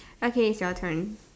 okay it's your turn